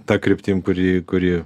ta kryptim kuri kuri